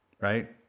right